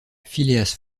phileas